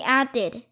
added